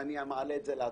אני מעלה את זה להצבעה.